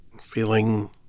feeling